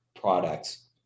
products